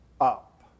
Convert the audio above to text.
up